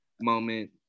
moment